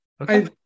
okay